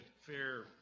fair